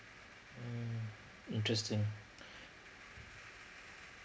mm interesting